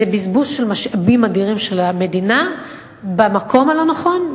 זה בזבוז של משאבים אדירים של המדינה במקום הלא-הנכון,